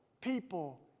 people